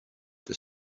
the